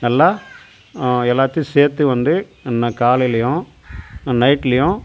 நல்லா எல்லாத்தையும் சேர்த்து வந்து என்ன காலையிலேயும் நைட்லேயும்